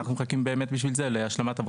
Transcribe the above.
אנחנו מחכים בשביל להשלמת עבודת המטה.